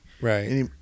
Right